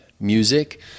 Music